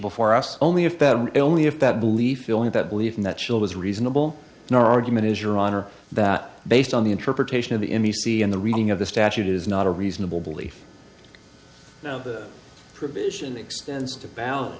before us only if only if that belief feeling that believing that she was reasonable an argument is your honor that based on the interpretation of the n b c and the reading of the statute is not a reasonable belief now the provision extends to balance